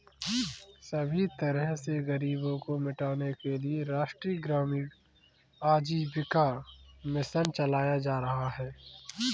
सभी तरह से गरीबी को मिटाने के लिये राष्ट्रीय ग्रामीण आजीविका मिशन चलाया जा रहा है